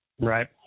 right